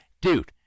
dude